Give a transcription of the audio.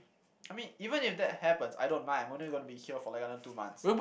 I mean even if that happens I don't mind I'm only going to be here for like another two months